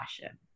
passion